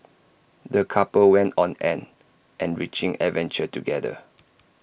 the couple went on an enriching adventure together